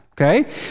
okay